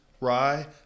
Rye